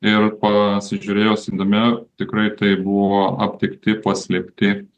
ir pasižiūrėjus įdėmiau tikrai tai buvo aptikti paslėpti